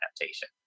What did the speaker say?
adaptation